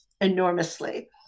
enormously